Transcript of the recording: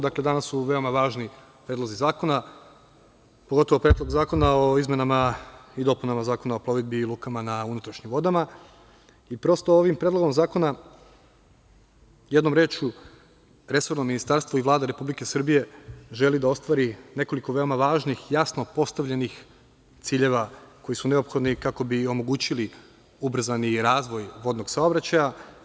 Dakle, danas su veoma važni predlozi zakona, pogotovo Predlog zakona o izmenama i dopunama Zakona o plovidbi i lukama na unutrašnjim vodama i prosto, ovim Predlogom zakona, jednom rečju resorno Ministarstvo i Vlada Republike Srbije, želi da ostvari nekoliko veoma važnih, jasno postavljenih ciljeva koji su neophodni, kako bi omogućili ubrzani razvoj vodnog saobraćaja.